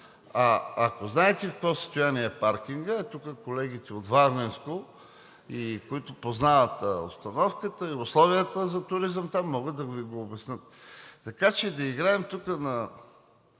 ако знаете в какво състояние е паркингът – тук колегите от Варненско и които познават обстановката, и условията за туризъм там, могат да Ви го обяснят. Така че да играем тук на